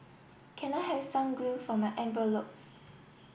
can I have some glue for my envelopes